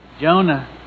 Jonah